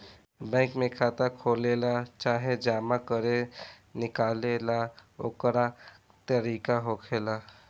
bank में खाता खोलेला चाहे जमा करे निकाले ला ओकर तरीका होखेला